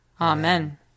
Amen